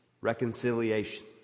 reconciliation